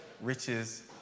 riches